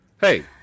hey